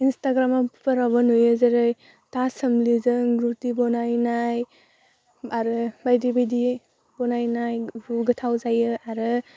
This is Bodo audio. इन्स्टाग्राम फोरावबो नुयो जेरै था सोमलिजों रुटि बनायनाय आरो बायदि बायदि बनायनाय गोथाव जायो आरो